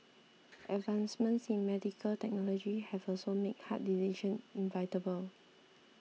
advancements in medical technology have also made hard decision inevitable